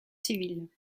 civil